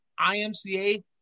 IMCA